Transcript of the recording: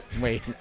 Wait